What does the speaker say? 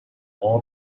all